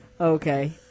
Okay